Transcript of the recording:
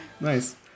Nice